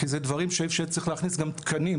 אני חושב שצריך להכניס גם תקנים,